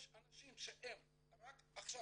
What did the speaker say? יש אנשים שרק עכשיו,